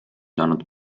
saanud